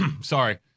Sorry